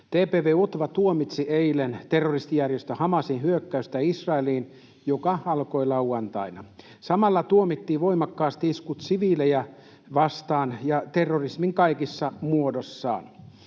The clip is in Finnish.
TP-UTVA tuomitsi eilen terroristijärjestö Hamasin hyökkäyksen Israeliin, joka alkoi lauantaina. Samalla tuomittiin voimakkaasti iskut siviilejä vastaan ja terrorismi kaikissa muodoissaan.